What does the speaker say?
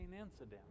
incident